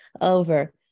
over